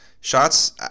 Shots